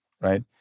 right